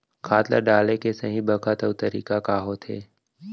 खाद ल डाले के सही बखत अऊ तरीका का होथे?